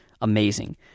amazing